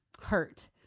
hurt